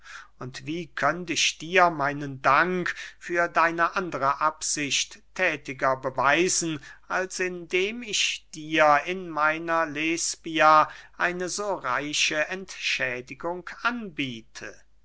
und wie könnt ich dir meinen dank für deine andere absicht thätiger beweisen als indem ich dir in meiner lesbia eine so reiche entschädigung anbiete